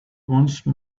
once